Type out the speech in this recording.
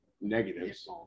negatives